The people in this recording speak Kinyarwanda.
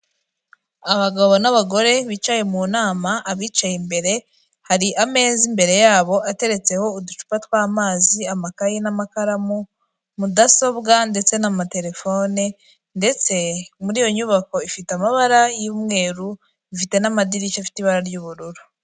Abagabo n'abagore bicaye mu nama, abicaye imbere hari ameza imbere yabo ateretseho uducupa tw'amazi amakaye n'amakaramu mudasobwa ndetse n'amaterefone, ndetse muri iyo nyubako ifite amabara y'umweru ifite n'amadirishya afite ibara ry'ubururu.